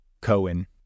Cohen